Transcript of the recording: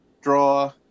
draw